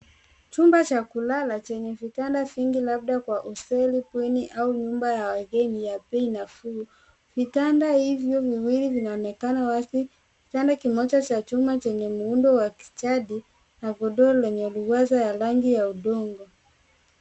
Chumba cha kulala chenye vitanda vingi labda kwa hosteli, bweni au nyumba ya wageni ya bei nafuu. Vitanda hivyo viwili vinaonekana wazi. Kitanda kimoja cha chuma chenye muundo wa kijadi na godoro lenye luweza ya rangi ya udongo.